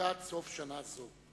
לקראת סוף שנה זו.